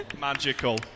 Magical